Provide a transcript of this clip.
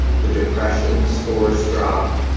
the depression scores drop,